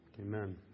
Amen